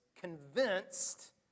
convinced